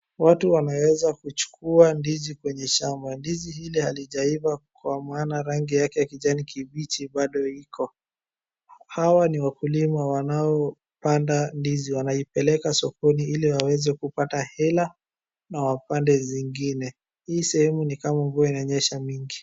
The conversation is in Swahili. Watu wanaeza kuchukua ndizi kwenye shamba. Ndizi hili halijaiva kwa maana rangi yake ya kijani kibichi bado iko. Hawa ni wakulima wanao panda ndizi. Wanaipeleka sokoni ili waweze kupata hela, na wapande zingine. Hii sehemu ni kama mvua inanyesha nyingi.